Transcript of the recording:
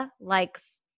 likes